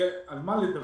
שיהיה על מה לדבר,